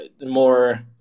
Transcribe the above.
more